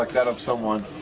like that of someone.